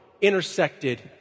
intersected